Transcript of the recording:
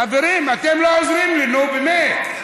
חברים, אתם לא עוזרים לי, נו, באמת.